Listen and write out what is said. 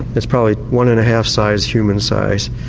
it's probably one and a half sized human size.